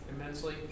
immensely